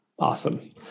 Awesome